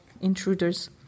intruders